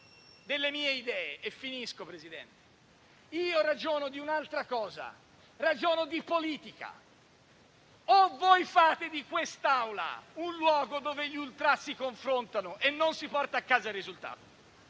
delle mie idee; ragiono di un'altra cosa: ragiono di politica. Forse fate di quest'Aula un luogo dove gli ultras si confrontano e non si porta a casa il risultato?